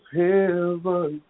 heaven